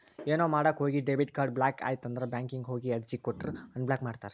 ಏನೋ ಮಾಡಕ ಹೋಗಿ ಡೆಬಿಟ್ ಕಾರ್ಡ್ ಬ್ಲಾಕ್ ಆಯ್ತಂದ್ರ ಬ್ಯಾಂಕಿಗ್ ಹೋಗಿ ಅರ್ಜಿ ಕೊಟ್ರ ಅನ್ಬ್ಲಾಕ್ ಮಾಡ್ತಾರಾ